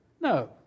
No